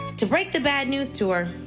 to break the bad news to her,